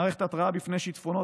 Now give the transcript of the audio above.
מערכת ההתרעה בפני שיטפונות,